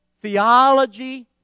Theology